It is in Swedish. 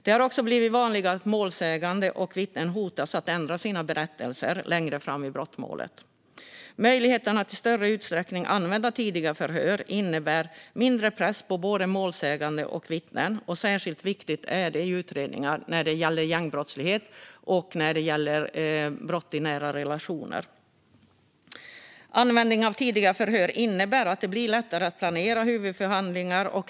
Det har också blivit vanligare att målsägande och vittnen hotas att ändra sina berättelser längre fram i brottmålet. Möjligheten att i större utsträckning använda tidiga förhör innebär mindre press på både målsägande och vittnen. Det är särskilt viktigt i utredningar när det gäller gängbrottslighet och våld i nära relationer. Användningen av tidiga förhör innebär att det blir lättare att planera huvudförhandlingar.